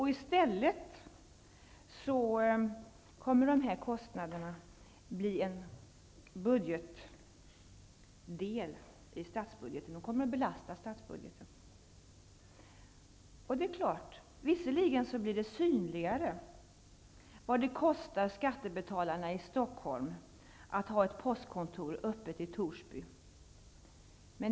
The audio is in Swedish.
I stället kommer dessa kostnader att belasta statsbudgeten. Visserligen blir det mera synligt vad det kostar skattebetalarna i Stockholm att ha ett postkontor öppet i Torsby. Men det ger inte en enda krona mer till samhällets service i stort. Detta är ett trixande mellan olika konton i samhället, som varken är samhällsekonomiskt motiverat eller politiskt pedagogiskt motiverat. Det är precis vad det är. Herr talman!